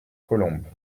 colombes